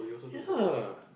yea